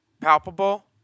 palpable